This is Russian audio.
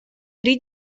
три